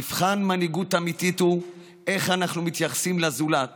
מבחן מנהיגות אמיתית הוא איך אנחנו מתייחסים לזולת